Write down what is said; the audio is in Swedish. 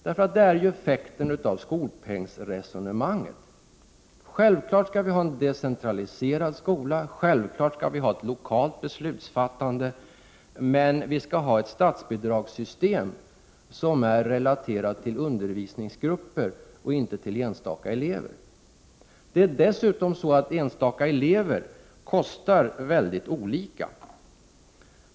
Det är ju effekten av skolpengsresonemanget. Självfallet skall vi ha en decentraliserad skola, och självfallet skall vi ha ett lokalt beslutsfattande, men vi skall ha ett statsbidragssystem som är relaterat till undervisningsgrupper och inte till enstaka elever. Det är dessutom så att enstaka elever drar mycket olika kostnader.